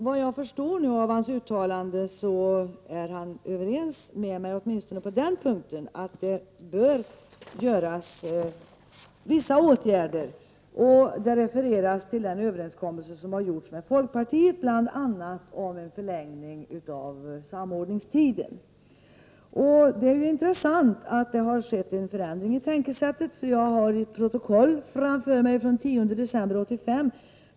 Vad jag förstår av hans uttalande, är han överens med mig åtminstone på den punkten att det bör vidtas vissa åtgärder, och han refererade till den överenskommelse som gjorts med folkpartiet bl.a. om förlängning av samordningstiden. Det är intressant att det har skett en förändring i tänkesättet. Jag har ett protokoll framför mig från den 10 december 1985.